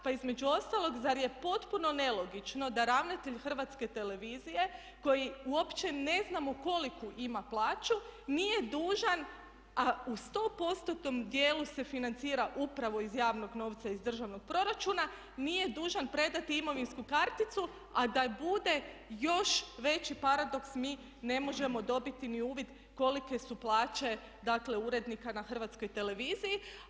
Pa između ostalog, zar je potpuno nelogično da ravnatelj Hrvatske televizije koji uopće ne znamo koliku ima plaću nije dužan, a u sto postotnom dijelu se financira upravo iz javnog novca, iz državnog proračuna nije dužan predati imovinsku karticu, a da bude još veći paradoks mi ne možemo dobiti ni uvid kolike su plaće, dakle urednika na HRT-u.